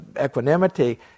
equanimity